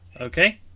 Okay